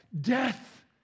death